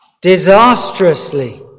disastrously